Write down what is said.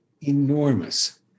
enormous